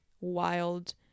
wild